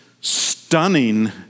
stunning